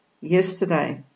yesterday